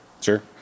Sure